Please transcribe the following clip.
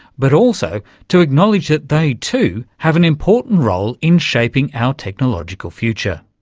but also to acknowledge that they too have an important role in shaping our technological future.